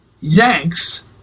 Yanks